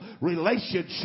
relationship